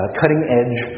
cutting-edge